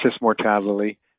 mortality